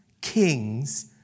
kings